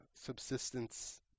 subsistence